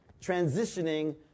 transitioning